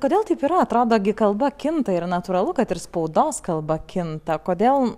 kodėl taip yra atrodo gi kalba kinta yra natūralu kad ir spaudos kalba kinta kodėl